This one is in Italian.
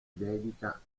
dedica